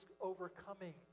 overcoming